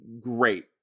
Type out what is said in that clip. Great